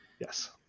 Yes